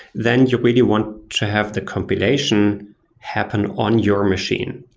then you really want to have the compilation happen on your machine.